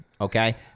okay